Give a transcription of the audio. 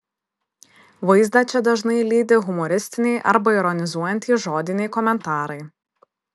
vaizdą čia dažnai lydi humoristiniai arba ironizuojantys žodiniai komentarai